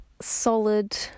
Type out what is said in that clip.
solid